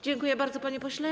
Dziękuję bardzo, panie pośle.